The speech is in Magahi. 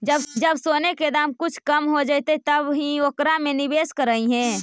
जब सोने के दाम कुछ कम हो जइतइ तब ही ओकरा में निवेश करियह